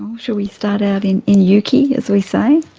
um shall we start out in in ukie as we say.